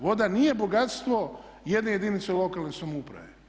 Voda nije bogatstvo jedne jedinice lokalne samouprave.